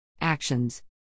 Actions